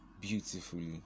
beautifully